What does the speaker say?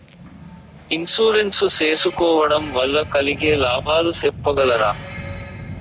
Insurance సేసుకోవడం వల్ల కలిగే లాభాలు సెప్పగలరా?